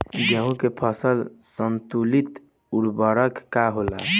गेहूं के फसल संतुलित उर्वरक का होला?